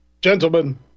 gentlemen